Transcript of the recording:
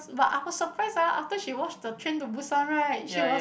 but I got surprise ah after she watch the train to Busan right she was